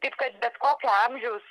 taip kad bet kokio amžiaus